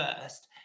first